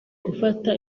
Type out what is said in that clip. gufata